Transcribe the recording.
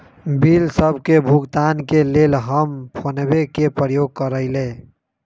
bill सभ के भुगतान के लेल हम फोनपे के प्रयोग करइले